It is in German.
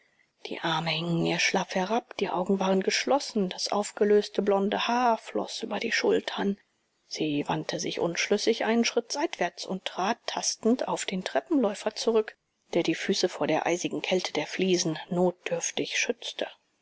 die arme hingen ihr schlaff herab die augen waren geschlossen das aufgelöste blonde haar floß über die schultern sie wandte sich unschlüssig einen schritt seitwärts und trat tastend auf den treppenläufer zurück der die füße vor der eisigen kälte der fliesen notdürftig schützte